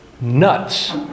nuts